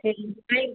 ठीक इ